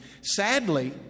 Sadly